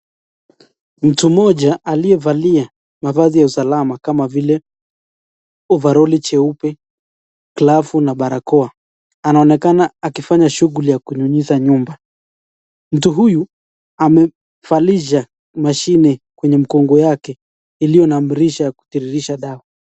Mtu mmoja aliyevalia mavazi ya usalama kama vile ovaroli jeupe, glavu na barakoa anaonekana akifanya shughuli ya kunyunyiza nyumba.